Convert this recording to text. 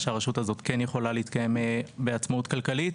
גם אנחנו נצפה לראות שהרשות הזו כן יכולה להתקיים בעצמאות כלכלית.